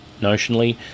notionally